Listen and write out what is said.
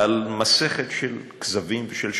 על מסכת של כזבים ושל שקרים.